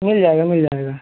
मिल जाएगा मिल जाएगा